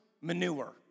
manure